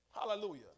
Hallelujah